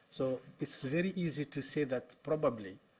so it's very easy to say that probably